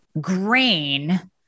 grain